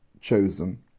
chosen